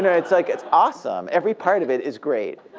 and it's like it's awesome. every part of it is great.